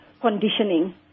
conditioning